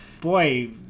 boy